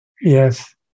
yes